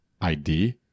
ID